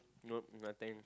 nope nothing